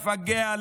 לפגע,